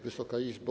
Wysoka Izbo!